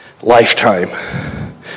lifetime